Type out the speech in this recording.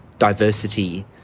diversity